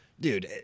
dude